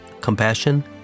compassion